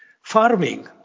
Farming